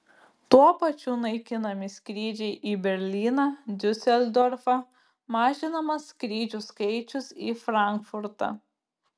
tuo pačiu naikinami skrydžiai į berlyną diuseldorfą mažinamas skrydžių skaičius į frankfurtą